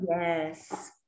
Yes